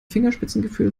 fingerspitzengefühl